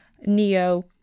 neo